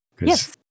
Yes